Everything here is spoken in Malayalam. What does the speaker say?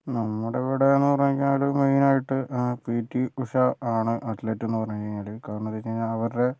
നമ്മുടെ ഇവിടെ എന്ന് പറഞ്ഞ് കഴിഞ്ഞാല് മെയിനായിട്ട് പി ടി ഉഷ ആണ് അതെലീറ്റ് എന്ന് പറഞ്ഞ് കഴിഞ്ഞാല് കാരണം എന്താന്ന് വെച്ച് കഴിഞ്ഞാൽ അവരുടെ